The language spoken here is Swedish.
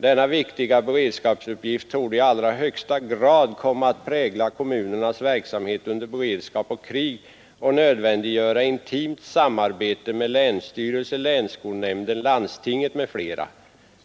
Denna viktiga beredskapsuppgift torde i allra högsta grad komma RER att prägla kommunernas verksamhet under beredskap och krig och Ändring av civil EN Ara nontes = GR G ShA h milita ; nödvändiggöra intimt samarbete med länsstyrelsen, länsskolnämnden, ER Hal ONE landstinget m.fl.